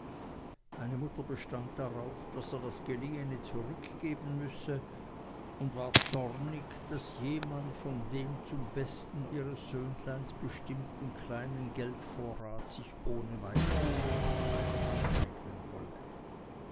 meine mutter bestand darauf daß er das geliehene zurückgeben müsse und war zornig daß jemand von dem zum besten ihres söhnleins bestimmten kleinen geldvorrate sich ohne weiteres einen teil aneignen wolle